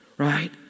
Right